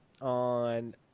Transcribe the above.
on